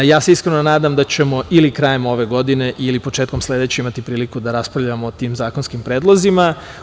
Iskreno se nadam da ćemo ili krajem ove godine ili početkom sledeće imati priliku da raspravljamo o tim zakonskim predlozima.